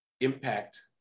impact